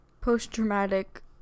post-traumatic